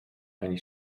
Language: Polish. ani